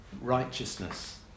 righteousness